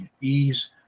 ease